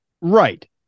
Right